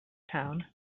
town